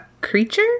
creature